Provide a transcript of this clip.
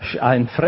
Ein